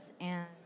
and-